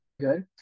good